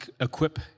equip